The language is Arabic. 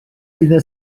إذا